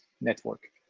network